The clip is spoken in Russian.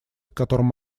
которым